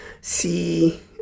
see